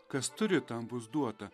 kas turi tam bus duota